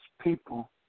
people